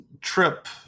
trip